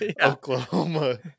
Oklahoma